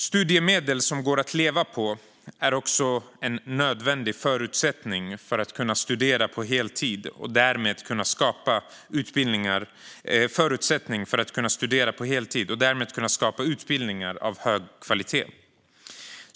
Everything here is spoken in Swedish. Studiemedel som går att leva på är en nödvändig förutsättning för att kunna studera på heltid och därmed kunna skapa utbildningar av hög kvalitet.